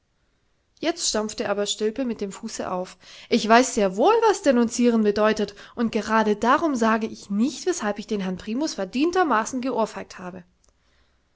jetzt stampfte aber stilpe mit dem fuße auf ich weiß sehr wohl was denunzieren bedeutet und gerade darum sage ich nicht weshalb ich den herrn primus verdientermaßen geohrfeigt habe